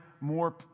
more